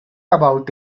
about